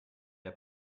der